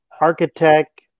architect